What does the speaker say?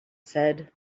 said